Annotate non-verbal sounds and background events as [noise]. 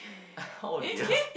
[laughs] oh dear